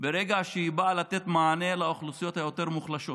ברגע שהיא באה לתת מענה לאוכלוסיות היותר-מוחלשות,